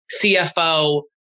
CFO